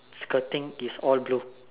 skirting is all blue